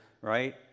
right